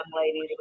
ladies